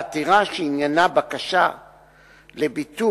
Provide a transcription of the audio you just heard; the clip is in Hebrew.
בעתירה שעניינה בקשה לביטול